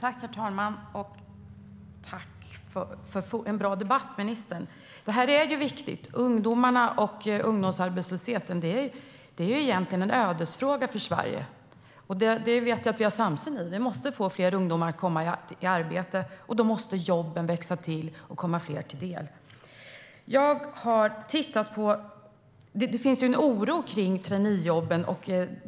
Herr talman! Jag tackar ministern för en bra debatt. Det här är viktigt. Ungdomsarbetslösheten är en ödesfråga för Sverige. Här vet jag att vi har en samsyn. Vi måste få fler ungdomar att komma i arbete. Då måste jobben växa till och komma fler till del. Det finns en oro för traineejobben.